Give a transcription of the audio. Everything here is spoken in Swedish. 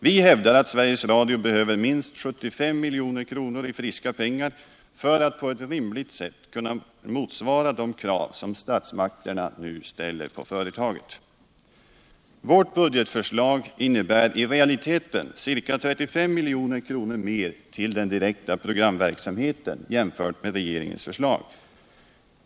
Vi hävdar att Sveriges Radio behöver minst 75 milj.kr. i friska pengar för att på ett rimligt sätt kunna motsvara de krav som statsmakterna nu ställer på företaget. Vårt budgetförslag innebär i realiteten ca 35 milj.kr. mer till programverksamheten jämfört med regeringens förslag.